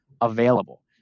available